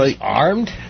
Armed